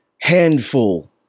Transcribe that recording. handful